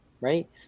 right